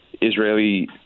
Israeli